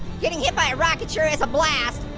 getting hit by a rocket sure is a blast.